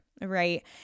right